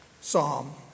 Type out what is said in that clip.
Psalm